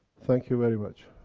thank-you very much!